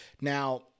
Now